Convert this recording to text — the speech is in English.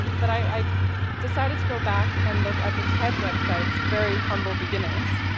but i decided to go back and look at the ted website's very humble beginnings.